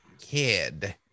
kid